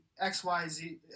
xyz